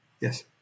Yes